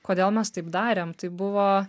kodėl mes taip darėm tai buvo